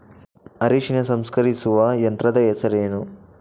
ಅರಿಶಿನ ಸಂಸ್ಕರಿಸುವ ಯಂತ್ರದ ಹೆಸರೇನು?